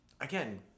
again